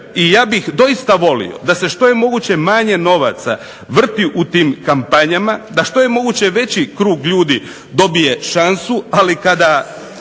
I ja bih doista volio da se što je moguće manje novaca vrti u tim kampanjama, da što je moguće veći krug ljudi dobije šansu, ali kada